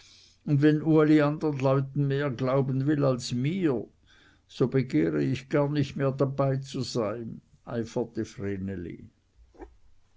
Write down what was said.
und wenn uli andern leuten mehr glauben will als mir so begehre ich gar nicht mehr dabeizusein